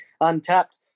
Untapped